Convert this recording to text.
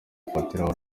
afatiraho